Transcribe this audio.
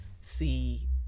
see